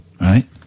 right